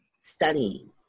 studying